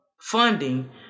funding